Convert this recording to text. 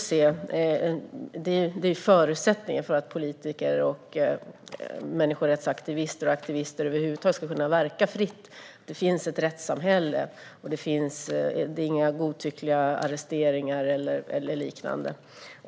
En förutsättning för att politiker, människorättsaktivister och andra aktivister över huvud taget ska kunna verka fritt är att det är ett rättssamhälle och att det inte sker några godtyckliga arresteringar eller liknande.